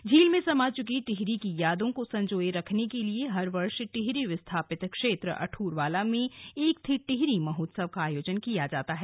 झील में समा चुकी टिहरी की यादों को संजोय रखने के लिए हर वर्ष टिहरी विस्थापित क्षेत्र अद्रवाला में एक थी टिहरी महोत्सव का आयोजन किया जाता है